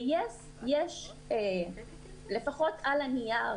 ליס יש לפחות על הנייר